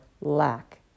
lack